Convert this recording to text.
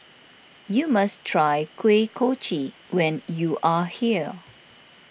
you must try Kuih Kochi when you are here